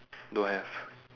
don't have